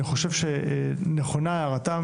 ואני חושב שנכונה הערתם,